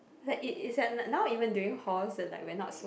like it it's like now even during halls where like not so